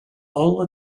all